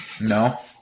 No